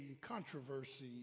controversy